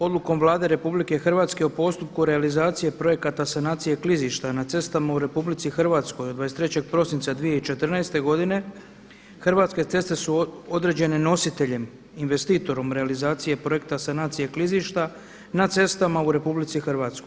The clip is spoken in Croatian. Odlukom Vlade RH o postupku realizacije projekata sanacije klizišta na cestama u RH od 23. prosinca 2014. godine Hrvatske ceste su određene nositeljem, investitorom realizacije projekta sanacije klizišta na cestama u RH.